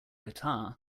guitar